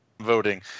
voting